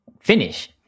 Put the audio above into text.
finish